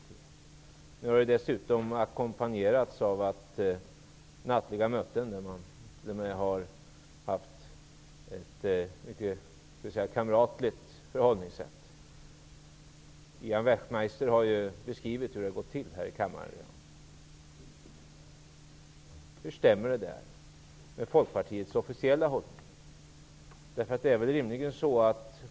Nu har uppgörelsen dessutom ackompanjerats av nattliga möten, där man t.o.m. har haft ett låt oss säga mycket kamratligt förhållningssätt. Ian Wachtmeister har ju här i kammaren i dag beskrivit hur det har gått till. Hur stämmer det med Folkpartiets officiella hållning?